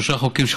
שלושה חוקים,